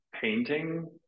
Painting